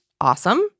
awesome